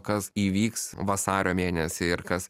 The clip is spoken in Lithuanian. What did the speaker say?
kas įvyks vasario mėnesį ir kas